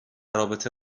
رابطه